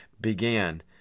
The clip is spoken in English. began